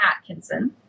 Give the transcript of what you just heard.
Atkinson